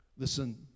Listen